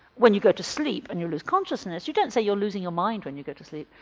when you go to sleep and you lose consciousness you don't say you're losing your mind when you go to sleep.